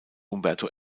umberto